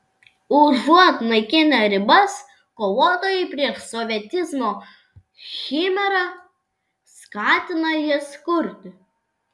užuot naikinę ribas kovotojai prieš sovietizmo chimerą skatina jas kurti